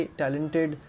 talented